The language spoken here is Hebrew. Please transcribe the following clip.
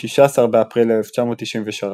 ב-16 באפריל 1993,